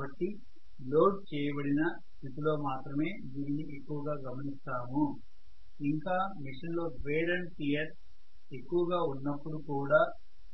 కాబట్టి లోడ్ చేయబడిన స్థితిలో మాత్రమే దీనిని ఎక్కువగా గమనిస్తాము ఇంకా మెషిన్ లో వేర్ అండ్ టెర్ ఎక్కువగా ఉన్నపుడు కూడా